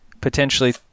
potentially